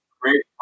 great